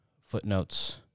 Footnotes